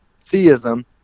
theism